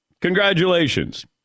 Congratulations